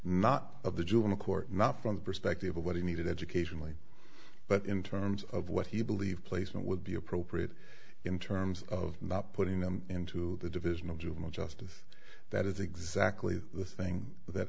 not of the juvenile court not from the perspective of what he needed educationally but in terms of what he believed placement would be appropriate in terms of not putting them into the division of juvenile justice that is exactly the thing that